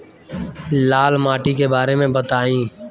लाल माटी के बारे में बताई